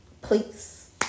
please